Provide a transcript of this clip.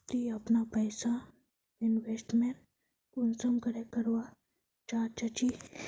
ती अपना पैसा इन्वेस्टमेंट कुंसम करे करवा चाँ चची?